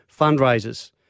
fundraisers